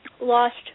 lost